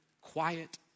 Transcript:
quiet